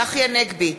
אינו נוכח צחי הנגבי,